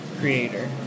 creator